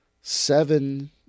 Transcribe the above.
Seven